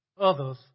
others